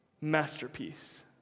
masterpiece